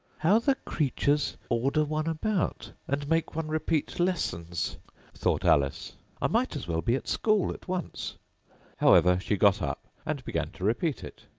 how the creatures order one about, and make one repeat lessons thought alice i might as well be at school at once however, she got up, and began to repeat it,